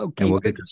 Okay